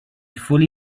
fully